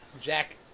Jack